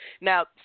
Now